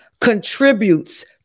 contributes